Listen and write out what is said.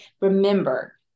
remember